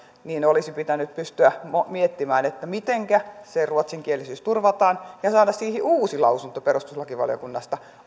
olisi pitänyt pystyä miettimään mitenkä se ruotsinkielisyys turvataan ja saada siihen uusi lausunto perustuslakivaliokunnasta